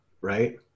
right